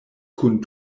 kun